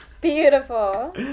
Beautiful